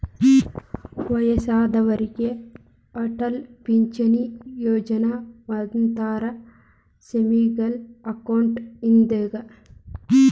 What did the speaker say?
ವಯ್ಯಸ್ಸಾದೋರಿಗೆ ಅಟಲ್ ಪಿಂಚಣಿ ಯೋಜನಾ ಒಂಥರಾ ಸೇವಿಂಗ್ಸ್ ಅಕೌಂಟ್ ಇದ್ದಂಗ